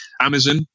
Amazon